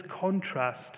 contrast